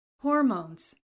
Hormones